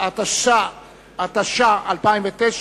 התש"ע 2009,